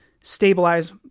stabilize